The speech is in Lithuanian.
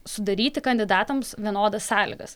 sudaryti kandidatams vienodas sąlygas